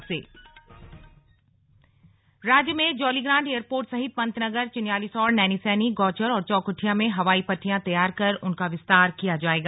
slug हवाई सेवा राज्य में जौलीग्रान्ट एयरपोर्ट सहित पंतनगर चिन्यालीसौड़ नैनीसैनी गौचर और चौखुटिया में हवाई पट्टियां तैयार कर उनका विस्तार किया जायेगा